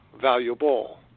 valuable